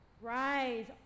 Rise